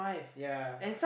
yea